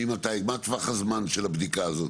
מה טווח הזמן של הבדיקה הזאת?